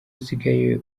usigaye